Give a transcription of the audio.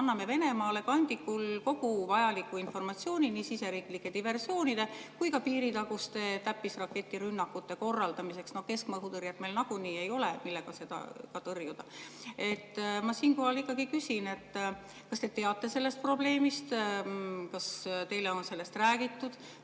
anname Venemaale kandikul kogu vajaliku informatsiooni nii siseriiklike diversoonide kui ka piiritaguste täppisraketirünnakute korraldamiseks. Keskmaa õhutõrjet meil nagunii ei ole, millega seda tõrjuda. Ma siinkohal ikkagi küsin, kas te teate sellest probleemist. Kas teile on sellest räägitud?